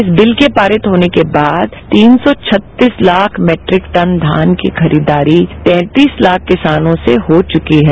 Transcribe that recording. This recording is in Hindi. इस बिल के पारित होने के बाद तीन सौ ॐ लाख मैट्रिक टन धान की खरीदारी ॐ लाख किसानों से हो चुकी है